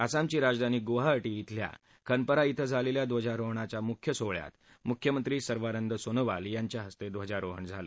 आसामची राजधानी गुवाहाटी श्रिल्या खनपारा श्रि झालेल्या ध्वजारोहणाच्या मुख्य सोहळ्यात मुख्यमंत्री सर्वानंद सोनोवाल यांच्या हस्ते ध्वजारोहण झालं